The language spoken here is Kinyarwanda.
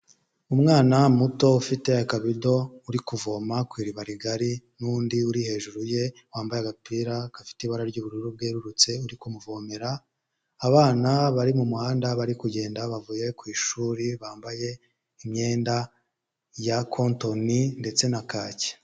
Umwana muto ufite akabido uri kuvoma ku iriba rigari, n'undi uri hejuru ye wambaye agapira gafite ibara ry'ubururu bwererutse uri kumuvomera, abana bari mu muhanda bari kugenda bavuye ku ishuri bambaye imyenda ya kontoni ndetse na kaki.